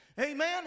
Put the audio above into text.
Amen